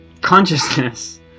consciousness